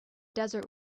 desert